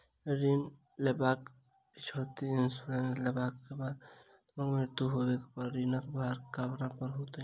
ऋण लेबाक पिछैती इन्सुरेंस लेबाक बाद ऋणकर्ताक मृत्यु होबय पर ऋणक भार ककरा पर होइत?